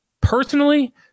personally